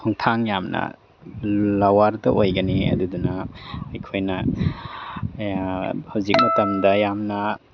ꯈꯣꯡꯊꯥꯡ ꯌꯥꯝꯅ ꯂꯋꯥꯔꯗ ꯑꯣꯏꯒꯅꯤ ꯑꯗꯨꯗꯨꯅ ꯑꯩꯈꯣꯏꯅ ꯍꯧꯖꯤꯛ ꯃꯇꯝꯗ ꯌꯥꯝꯅ